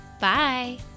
Bye